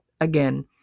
again